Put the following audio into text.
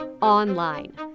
online